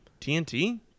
TNT